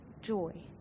joy